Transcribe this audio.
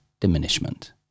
diminishment